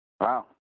Wow